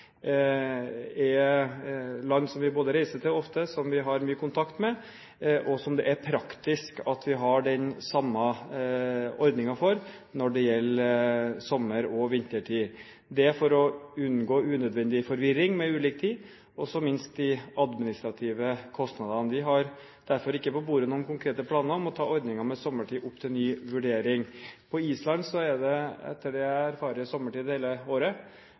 er land som vi reiser til ofte, som vi har mye kontakt med, og som det er praktisk å ha den samme ordningen som, når det gjelder sommer- og vintertid – dette for å unngå unødvendig forvirring med ulik tid og ikke minst med hensyn til de administrative kostnadene. Vi har derfor ikke på bordet noen konkrete planer om å ta ordningen med sommertid opp til ny vurdering. På Island er det, etter det jeg erfarer, sommertid hele året.